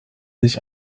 sich